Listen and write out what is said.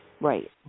Right